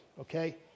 okay